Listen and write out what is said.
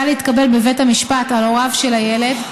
להתקבל בבית המשפט על הוריו של הילד,